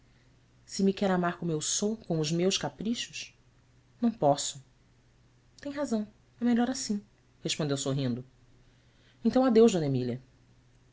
se me quer amar como eu sou com os meus caprichos ão posso em razão é melhor assim respondeu sorrindo ntão adeus d emília